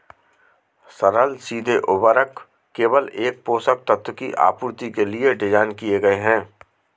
सरल सीधे उर्वरक केवल एक पोषक तत्व की आपूर्ति के लिए डिज़ाइन किए गए है